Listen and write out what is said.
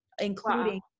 Including